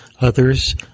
others